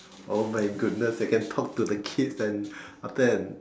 oh my goodness I can talk to the kids and after and